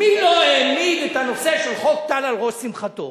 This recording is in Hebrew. מי לא העמיד את הנושא של חוק טל על ראש שמחתו?